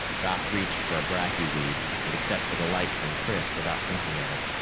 doc reached for a bracky weed and accepted a light from chris without thinking of it.